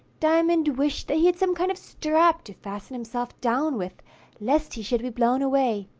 diamond wished that he had some kind of strap to fasten himself down with lest he should be blown away.